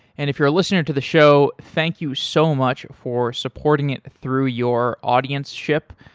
and if you're a listener to the show, thank you so much for supporting it through your audienceship.